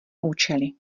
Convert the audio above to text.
účely